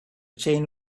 chain